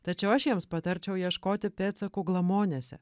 tačiau aš jiems patarčiau ieškoti pėdsakų glamonėse